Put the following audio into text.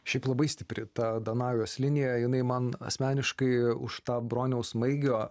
šiaip labai stipri ta danajos linija jinai man asmeniškai už tą broniaus maigio